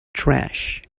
trash